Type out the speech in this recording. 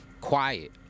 Quiet